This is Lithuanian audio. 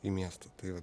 į miestą tai vat